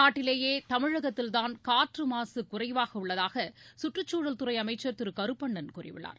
நாட்டிலேயே தமிழகத்தில்தான் காற்று மாசு குறைவாக உள்ளதாக சுற்றுச்சூழல் துறை அமைச்சர் திரு கருப்பண்ணன் கூறியுள்ளார்